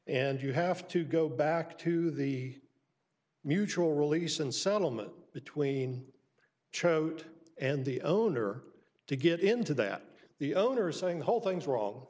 and you have to go back to the mutual release and settlement between choate and the owner to get into that the owner saying the whole thing's wrong